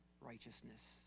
righteousness